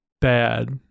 bad